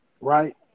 Right